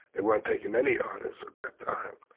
they weren't taking any artists that time,